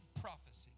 prophecy